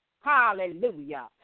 Hallelujah